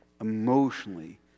emotionally